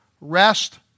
Rest